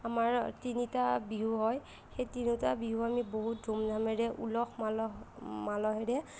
আমাৰ তিনিটা বিহু হয় সেই তিনিটা বিহু আমি বহুত ধুম ধামেৰে উলহ মালহ মালহেৰে